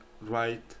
right